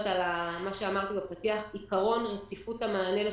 להתערב בתוך עבודת הממשלה, בממשקים בין